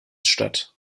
statt